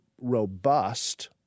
robust